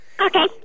Okay